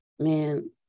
Man